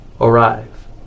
arrive